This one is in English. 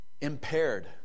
impaired